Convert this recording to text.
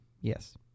Yes